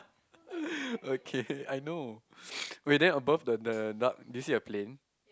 okay I know wait then above the the dock did you see a plane